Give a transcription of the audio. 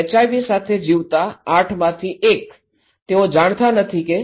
V સાથે જીવતા ૮ માંથી ૧ તેઓ જાણતા નથી કે તેઓ ચેપગ્રસ્ત છે